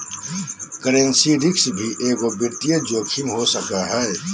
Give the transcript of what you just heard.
currency risk भी एगो वित्तीय जोखिम हो सको हय